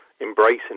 embracing